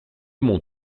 mon